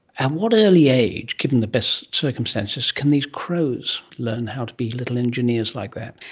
at what early age, given the best circumstances, can these crows learn how to be little engineers like that?